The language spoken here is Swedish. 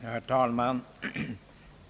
Herr talman!